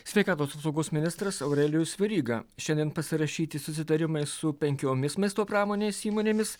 sveikatos apsaugos ministras aurelijus veryga šiandien pasirašyti susitarimai su penkiomis maisto pramonės įmonėmis